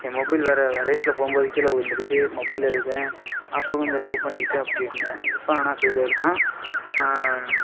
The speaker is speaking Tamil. என் மொபைல் வேறு ரேஸில் போகும்போது கீழே விழுந்துடுச்சு மொபைல் எடுக்கிறேன் அப்போ கொஞ்சம் லவ் பண்ணிட்டு அப்படி இருந்தேன் இப்போ ஆனால் ஃபெயிலியர்தான்